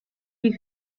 die